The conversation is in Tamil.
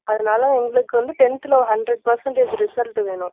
அதனால எங்களுக்கு வந்து டென்த்தில் ஒ ஹண்ட்ரேட் பேர்சன்டேஜ் ரிசல்ட்டு வேணும்